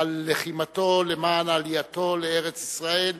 על לחימתו למען עלייתו לארץ-ישראל,